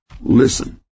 listen